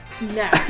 No